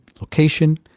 location